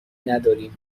نداریم